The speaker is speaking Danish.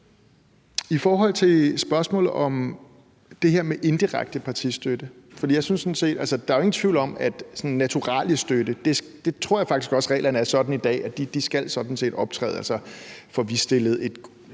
I forhold til spørgsmålet om det her med indirekte partistøtte er der jo ingen tvivl om, at naturaliestøtte – sådan tror jeg faktisk også reglerne er i dag – sådan set skal optræde. Altså, får vi stillet et